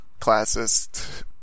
classist